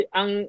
ang